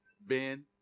Ben